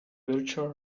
virtual